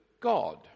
God